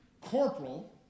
corporal